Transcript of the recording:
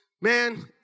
Man